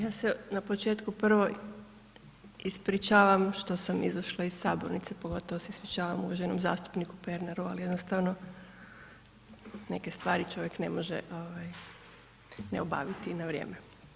Ja se na početku prvo ispričavam što sam izašla iz Sabornice, pogotovo se ispričavam uvaženom zastupniku Pernaru, ali jednostavno neke stvari čovjek ne može ne obaviti na vrijeme.